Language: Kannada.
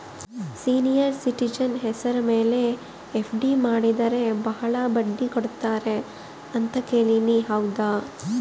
ಸೇನಿಯರ್ ಸಿಟಿಜನ್ ಹೆಸರ ಮೇಲೆ ಎಫ್.ಡಿ ಮಾಡಿದರೆ ಬಹಳ ಬಡ್ಡಿ ಕೊಡ್ತಾರೆ ಅಂತಾ ಕೇಳಿನಿ ಹೌದಾ?